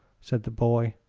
said the boy.